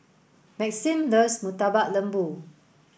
Maxim loves Murtabak Lembu